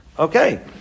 Okay